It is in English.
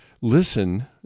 listen